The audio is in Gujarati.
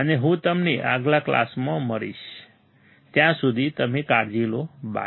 અને હું તમને આગલા ક્લાસમાં મળીશ ત્યાં સુધી તમે કાળજી લો બાય